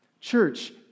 Church